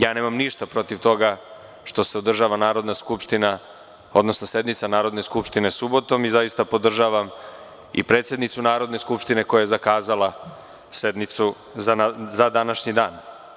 Nema ništa protiv toga što se održava Narodna skupština, odnosno sednica Narodne skupštine subotom i podržavam predsednicu Narodne skupštine koja je zakazala sednicu za današnji dan.